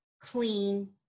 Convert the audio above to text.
clean